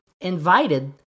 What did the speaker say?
invited